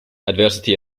adversity